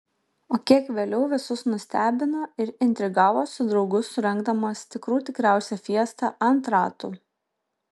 o kiek vėliau visus nustebino ir intrigavo su draugu surengdamas tikrų tikriausią fiestą ant ratų